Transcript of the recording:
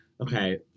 Okay